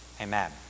Amen